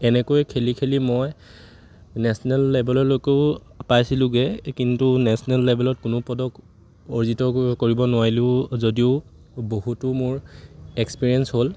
এনেকৈ খেলি খেলি মই নেশ্যনেল লেভেললৈকেও পাইছিলোগৈ কিন্তু নেশ্যনেল লেভেলত কোনো পদক অৰ্জিত ক কৰিব নোৱাৰিলো যদিও বহুতো মোৰ এক্সপিৰিয়েঞ্চ হ'ল